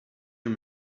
you